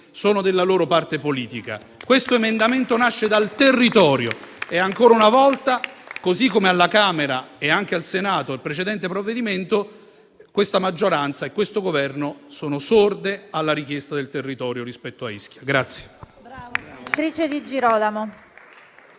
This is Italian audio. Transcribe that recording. sono della loro parte politica. Questo emendamento nasce dal territorio e, ancora una volta, così come alla Camera e al Senato durante l'esame del precedente provvedimento, questa maggioranza e questo Governo sono sordi alla richiesta del territorio rispetto a Ischia. [DI